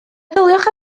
meddyliwch